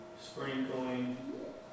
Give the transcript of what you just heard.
sprinkling